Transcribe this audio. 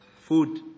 Food